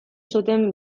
zuten